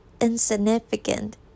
insignificant